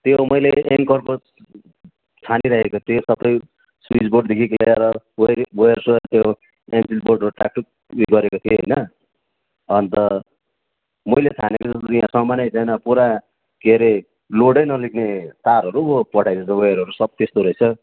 त्यो मैले एङ्करको छानी राखेको त्यो सबै स्विच बोर्डदेखि लिएर वेयर सेयर त्यो एनपिल्ड बोर्डहरू टाकटुक उयो गरेको थिए होइन अन्त मैले छानेको त यहाँ सामानै छैन पुरा के रे लोडै नलिने तारहरू पो पठाइदिएछ त वेयरहरू सब त्यस्तो रहेछ